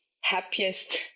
happiest